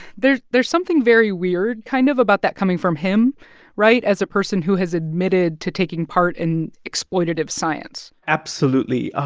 there's there's something very weird kind of about that coming from him right? as a person who has admitted to taking part in exploitative science absolutely. ah